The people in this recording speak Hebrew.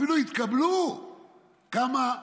אפילו התקבלו כמה.